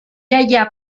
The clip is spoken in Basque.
jaia